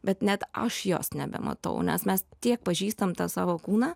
bet net aš jos nebematau nes mes tiek pažįstam tą savo kūną